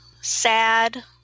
sad